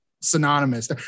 synonymous